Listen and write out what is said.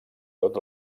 tot